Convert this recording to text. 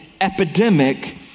epidemic